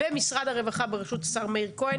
ומשרד הרווחה בראשות השר מאיר כהן